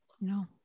No